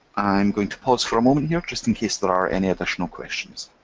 i'm going to pause for a moment here just in case there are any additional questions.